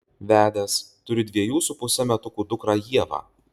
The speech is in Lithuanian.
vedęs turi dviejų su puse metukų dukrą ievą